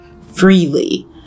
freely